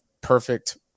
perfect